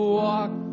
walk